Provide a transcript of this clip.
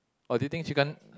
or do you think chicken